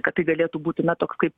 kad tai galėtų būti na toks kaip